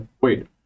Wait